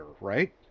right